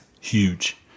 Huge